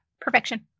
perfection